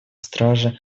страхе